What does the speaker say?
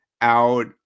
out